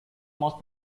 must